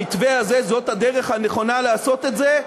המתווה הזה, זאת הדרך הנכונה לעשות את זה,